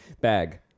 Bag